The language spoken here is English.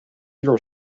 your